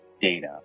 data